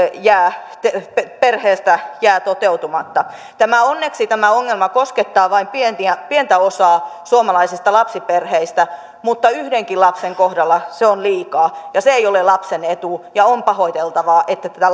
perheestä jää toteutumatta onneksi tämä ongelma koskettaa vain pientä osaa suomalaisista lapsiperheistä mutta yhdenkin lapsen kohdalla se on liikaa se ei ole lapsen etu ja on pahoiteltavaa että tätä